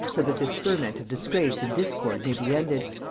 so that this ferment of disgrace and discord may be ended.